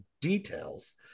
details